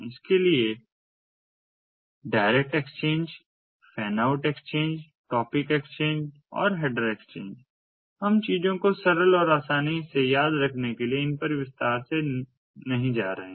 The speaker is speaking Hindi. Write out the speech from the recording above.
इसलिए direct exchange fan out exchange topic exchange और हेडर एक्सचेंज हम चीजों को सरल और आसानी से याद रखने के लिए इन पर विस्तार से नहीं जा रहे हैं